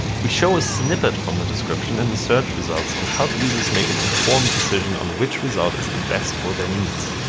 we show a snippet from the description in the search results to help users make an informed decision on which result is the best for their needs.